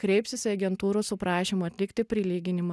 kreipsis į agentūrą su prašymu atlikti prilyginimą